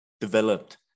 developed